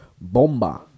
Bomba